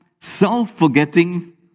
self-forgetting